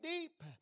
deep